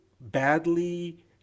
badly